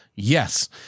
Yes